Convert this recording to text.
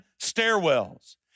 stairwells